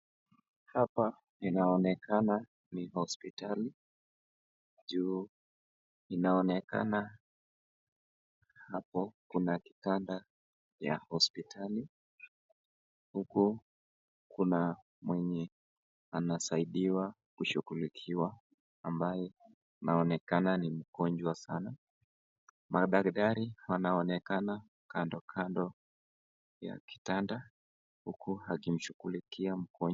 Hapa inaonekana ni hospitali, juu inaokana hapo kuna kitanda ya hospitali, huku kuna mwenye anasaidiwa kushughulikiwa ambaye anaonekana ni mgonjwa sana, madaktari wanaonekana kando kando ya kitanda huku wakimshughulikia mgonjwa.